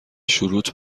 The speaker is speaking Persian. شروط